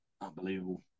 unbelievable